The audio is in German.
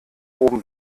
oben